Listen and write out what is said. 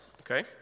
okay